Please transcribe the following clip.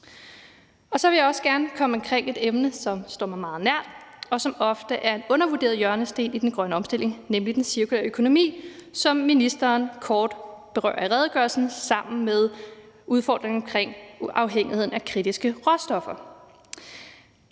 Så vil jeg også gerne komme omkring et emne, som står mig meget nært, og som ofte er en undervurderet hjørnesten i den grønne omstilling, nemlig den cirkulære økonomi, som ministeren kort berører i redegørelsen sammen med udfordringen omkring afhængigheden af kritiske råstoffer.